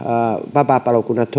vapaapalokunnat